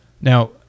Now